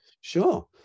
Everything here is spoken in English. sure